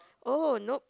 oh nope